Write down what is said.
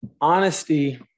Honesty